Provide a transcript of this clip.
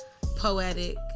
Poetic